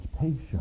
patience